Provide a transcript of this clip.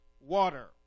water